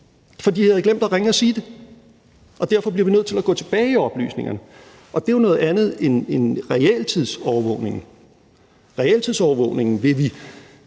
for de havde glemt at ringe og sige det – og derfor bliver vi nødt til at gå tilbage i oplysningerne. Og det er jo noget andet end realtidsovervågningen. Realtidsovervågningen vil vi,